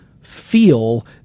feel